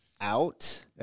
out